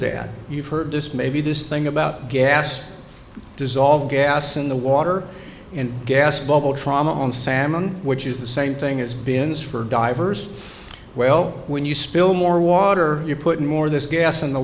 that you've heard this maybe this thing about gas dissolved gas in the water and gas bubble trama on salmon which is the same thing as bins for diverse well when you spill more water you put more this gas in the